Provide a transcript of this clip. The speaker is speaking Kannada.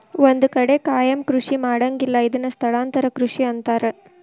ಒಂದ ಕಡೆ ಕಾಯಮ ಕೃಷಿ ಮಾಡಂಗಿಲ್ಲಾ ಇದನ್ನ ಸ್ಥಳಾಂತರ ಕೃಷಿ ಅಂತಾರ